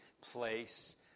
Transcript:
place